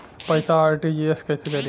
पैसा आर.टी.जी.एस कैसे करी?